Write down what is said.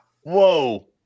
Whoa